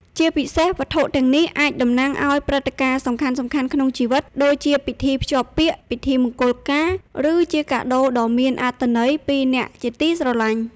ជាពិសេស វត្ថុទាំងនេះអាចតំណាងឲ្យ ព្រឹត្តិការណ៍សំខាន់ៗ ក្នុងជីវិត ដូចជាពិធីភ្ជាប់ពាក្យ ពិធីមង្គលការ ឬជាកាដូដ៏មានអត្ថន័យពីអ្នកជាទីស្រឡាញ់។